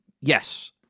Yes